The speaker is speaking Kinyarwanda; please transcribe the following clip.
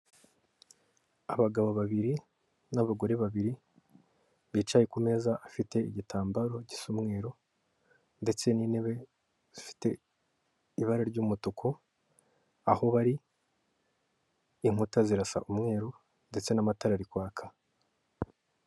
Abagabo babiri n'abagore babiri, bicaye ku meza afite igitambaro gisa umweru ndetse n'intebe zifite ibara ry'umutuku, aho bari inkuta zirasa umweru ndetse n'amatara ari kwaka.